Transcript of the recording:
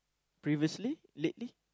previously lately